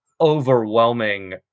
overwhelming